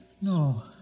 No